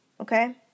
okay